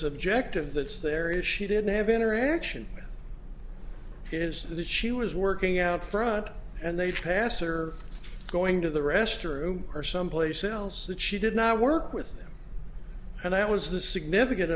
subjective that's there is she didn't have interaction is that if she was working out front and they'd pass or going to the restroom or someplace else that she did not work and i was the significant